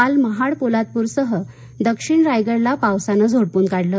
काल महाड पोलादपूर सह दक्षिण रायगडला पावसाने झोडपून काढलं